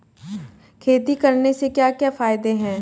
खेती करने से क्या क्या फायदे हैं?